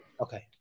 Okay